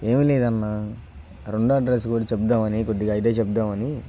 ఏమి లేదు అన్నా రెండో అడ్రస్ కూడా చెప్దామని కొద్దిగా ఇదే చెప్దామని